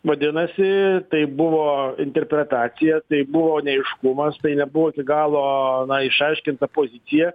vadinasi tai buvo interpretacija tai buvo neaiškumas tai nebuvo iki galo išaiškinta pozicija